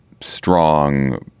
strong